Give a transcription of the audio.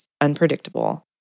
unpredictable